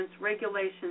regulations